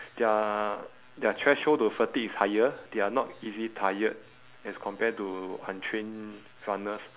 their their threshold to fatigue is higher they are not easy tired as compared to untrained runners